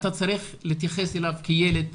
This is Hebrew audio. אתה צריך להתייחס אליו כילד,